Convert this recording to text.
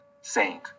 saint